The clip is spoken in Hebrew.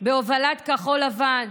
בהובלת כחול לבן.